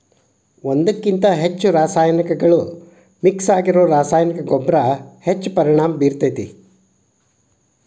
ಒಂದ್ಕಕಿಂತ ಹೆಚ್ಚು ರಾಸಾಯನಿಕಗಳು ಮಿಕ್ಸ್ ಆಗಿರೋ ರಾಸಾಯನಿಕ ಗೊಬ್ಬರ ಹೆಚ್ಚ್ ಪರಿಣಾಮ ಬೇರ್ತೇತಿ